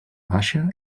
baixa